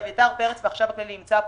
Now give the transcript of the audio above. אביתר פרץ והחשב הכללי נמצא פה.